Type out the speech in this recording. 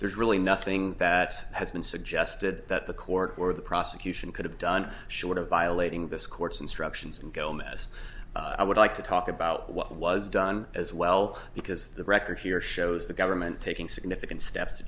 there's really nothing that has been suggested that the court or the prosecution could have done short of violating this court's instructions and gomez i would like to talk about what was done as well because the record here shows the government taking significant steps to